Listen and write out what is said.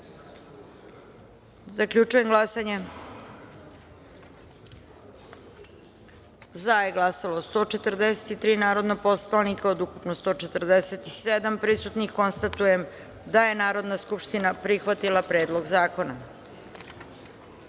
načelu. Zaključujem glasanje: za je glasao 141 narodni poslanik od ukupno prisutnih 146.Konstatujem da je Narodna skupština prihvatila Predlog zakona,